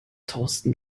thorsten